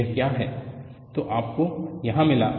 तो यह क्या है जो आपको यहाँ मिला